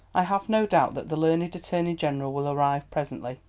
i have no doubt that the learned attorney-general will arrive presently.